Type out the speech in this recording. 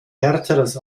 härteres